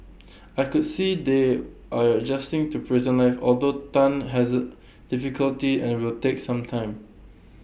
I could see they are adjusting to prison life although Tan has difficulty and will take some time